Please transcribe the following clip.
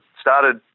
started